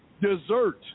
dessert